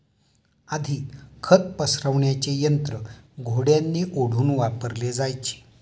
आधी खत पसरविण्याचे यंत्र घोड्यांनी ओढून वापरले जायचे